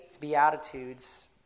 Beatitudes